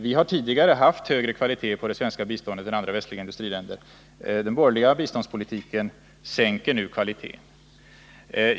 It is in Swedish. Vi har tidigare haft högre kvalitet på det svenska biståndet än andra västliga industriländer har haft på sina bistånd. Den borgerliga biståndspolitiken sänker nu kvaliteten.